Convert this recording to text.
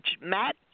Matt